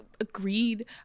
agreed